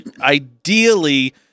ideally